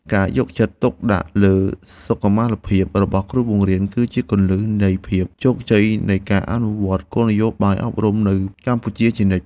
ការយកចិត្តទុកដាក់លើសុខុមាលភាពរបស់គ្រូបង្រៀនគឺជាគន្លឹះនៃភាពជោគជ័យនៃការអនុវត្តគោលនយោបាយអប់រំនៅកម្ពុជាជានិច្ច។